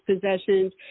possessions